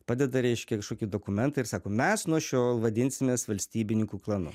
padeda reiškia kažkokį dokumentą ir sako mes nuo šiol vadinsimės valstybininkų klanu